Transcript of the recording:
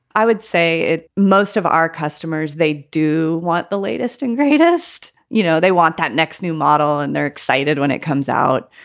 i would say it most of our customers, they do want the latest and greatest. you know, they want that next new model and they're excited when it comes out.